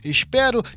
Espero